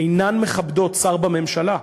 אינה מכבדת שר בממשלה.